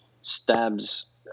stabs